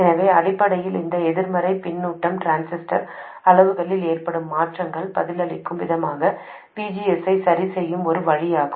எனவே அடிப்படையில் இந்த எதிர்மறையான பின்னூட்டம் டிரான்சிஸ்டர் அளவுருக்களில் ஏற்படும் மாற்றங்களுக்கு பதிலளிக்கும் விதமாக VGS ஐ சரிசெய்யும் ஒரு வழியாகும்